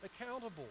accountable